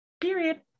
period